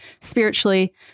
spiritually